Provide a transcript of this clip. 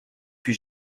puis